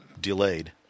delayed